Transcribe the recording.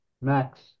Max